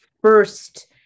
first